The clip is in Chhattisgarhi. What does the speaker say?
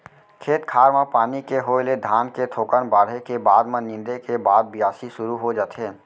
खेत खार म पानी के होय ले धान के थोकन बाढ़े के बाद म नींदे के बाद बियासी सुरू हो जाथे